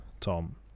Tom